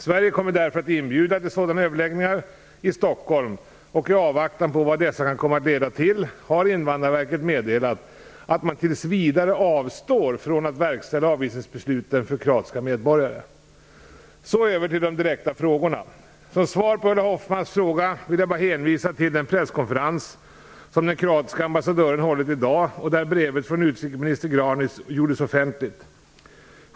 Sverige kommer därför att inbjuda till sådana överläggningar i Stockholm, och i avvaktan på vad dessa kan komma att leda till har Invandrarverket meddelat att man tills vidare avstår från att verkställa avvisningsbesluten för kroatiska medborgare. Så över till de direkta frågorna. Som svar på Ulla Hoffmanns fråga vill jag bara hänvisa till den presskonferens som den kroatiske ambassadören hållit i dag och där brevet från utrikesminister Granic gjordes offentligt.